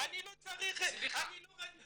על כל זה עידוד עליה?